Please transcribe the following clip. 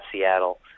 Seattle